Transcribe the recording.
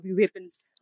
weapons